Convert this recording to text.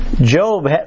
Job